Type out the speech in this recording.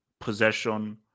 possession